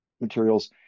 materials